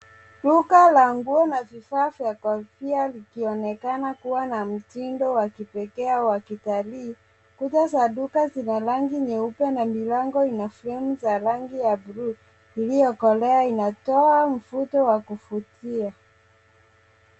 Duka la nguo na vifaa vya kofia vikionekana kuwa na mtindo wa kipekee wa kitalii. Kuta za duka zina rangi nyeupe na na milango ina fremu za rangi ya buluu iliyokolea. Inatoa mvuto wa kuvutia.